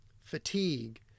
fatigue